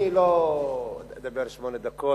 אני לא אדבר שמונה דקות.